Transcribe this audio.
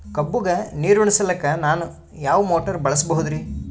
ಕಬ್ಬುಗ ನೀರುಣಿಸಲಕ ನಾನು ಯಾವ ಮೋಟಾರ್ ಬಳಸಬಹುದರಿ?